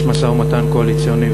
יש משא-ומתן קואליציוני,